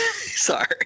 sorry